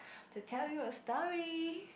to tell you a story